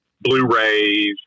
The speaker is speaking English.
Blu-rays